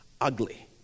ugly